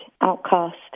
outcast